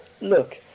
look